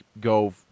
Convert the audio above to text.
go